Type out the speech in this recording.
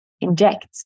inject